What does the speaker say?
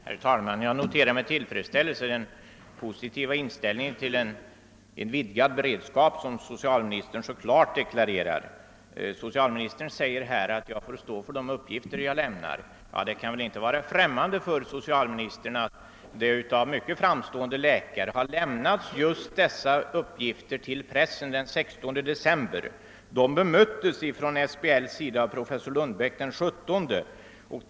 Herr talman! Jag noterar med tillfredsställelse den positiva inställning till en vidgad beredskap som socialministern så klart deklarerar. Socialministern säger att jag får stå för de uppgifter jag lämnar, men det kan väl inte vara främmande för honom att mycket framstående läkare har givit just dessa uppgifter till pressen den 16 december. De bemöttes från SBL:s sida av professor Lundbäck den 17 december.